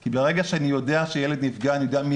כי ברגע שאני יודע שילד נפגע אני יודע מי